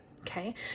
okay